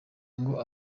ngo